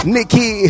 Nikki